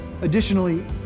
Additionally